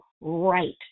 right